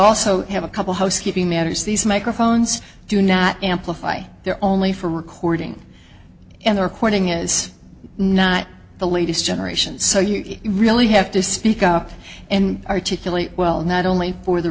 also have a couple housekeeping matters these microphones do not amplify they're only for recording and the recording is not the latest generation so you really have to speak up and particularly well not only for the